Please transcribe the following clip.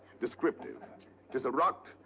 descriptive tis a rock,